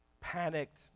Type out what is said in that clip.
panicked